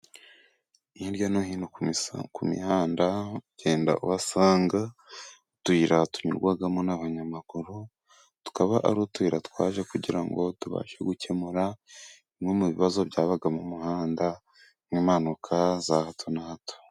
Hirya no hino ku mihanda ugenda uhasanga utuyira tunyurwamo n'abanyamaguru, tukaba ari utuyira twaje kugira ngo tubashe gukemura bimwe mu bibazo byabaga mu muhanda, n'impanuka za hato na hato.